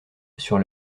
sur